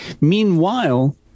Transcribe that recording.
Meanwhile